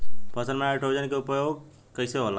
फसल में नाइट्रोजन के उपयोग कइसे होला?